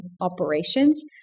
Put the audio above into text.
operations